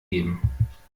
geben